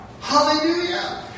hallelujah